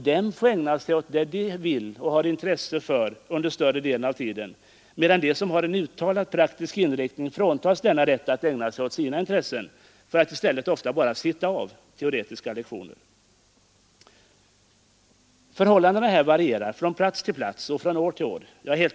De får ägna sig åt det de vill göra större delen av tiden, medan de som har en uttalad praktisk inriktning fråntas denna rätt att ägna sig åt sina intressen för att i stället ofta bara sitta av teoretiska lektioner. Jag är helt medveten om att förhållandena varierar från plats till plats och från år till år.